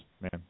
man